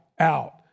out